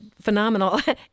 phenomenal